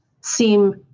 seem